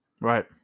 Right